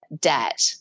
debt